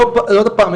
עוד הפעם,